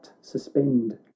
suspend